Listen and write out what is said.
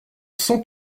sans